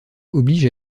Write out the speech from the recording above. oblige